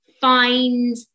find